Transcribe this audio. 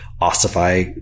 ossify